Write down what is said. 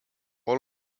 all